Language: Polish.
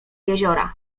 jeziora